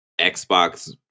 Xbox